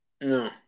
No